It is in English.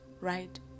right